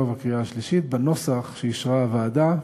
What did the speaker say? ובקריאה השלישית בנוסח שאישרה הוועדה.